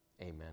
Amen